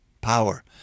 power